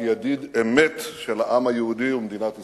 כידיד אמת של העם היהודי ומדינת ישראל.